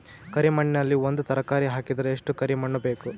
ಕರಿ ಮಣ್ಣಿನಲ್ಲಿ ಒಂದ ತರಕಾರಿ ಹಾಕಿದರ ಎಷ್ಟ ಕರಿ ಮಣ್ಣು ಬೇಕು?